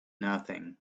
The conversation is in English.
nothing